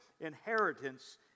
inheritance